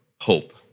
hope